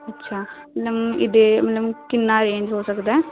ਅੱਛਾ ਮਤਲਬ ਇਹਦੇ ਮਤਲਬ ਕਿੰਨਾਂ ਰੇਂਜ ਹੋ ਸਕਦਾ ਹੈ